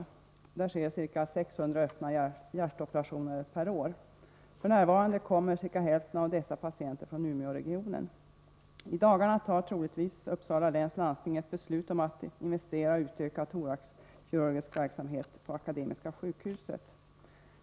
I Uppsala sker ca 600 öppna hjärtoperationer per år. F.n. kommer ca hälften av dessa patienter från Umeåregionen. I dagarna fattar troligtvis Uppsala läns landsting ett beslut om att investera och utöka thoraxkirurgisk verksamhet på Akademiska sjukhuset.